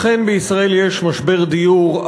אכן בישראל יש משבר דיור,